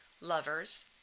lovers